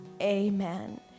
Amen